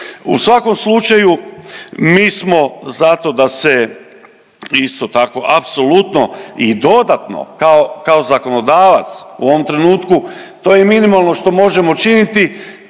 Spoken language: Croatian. U svakom slučaju mi smo za to da se isto tako apsolutno i dodatno kao zakonodavac, u ovom trenutku to je minimalno što možemo učiniti